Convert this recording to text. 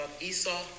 Esau